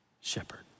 shepherd